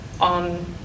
on